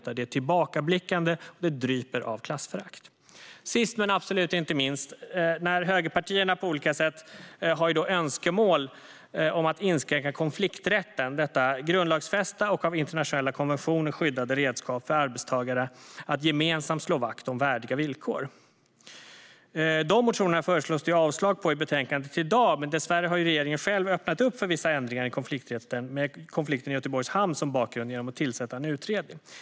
Politiken är tillbakablickande och dryper av klassförakt. Sist, men absolut inte minst: Högerpartierna har olika önskemål om att inskränka konflikträtten - detta grundlagsfästa och av internationella konventioner skyddade redskap för arbetstagare att gemensamt slå vakt om värdiga villkor. Dessa motioner föreslås det avslag på i betänkandet i dag. Men dessvärre har regeringen själv öppnat upp för vissa ändringar i konflikträtten, med konflikten i Göteborgs hamn som bakgrund, genom att tillsätta en utredning.